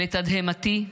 לתדהמתי,